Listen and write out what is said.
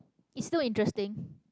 it's still interesting